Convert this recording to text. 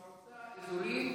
זו מועצה אזורית